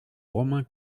romain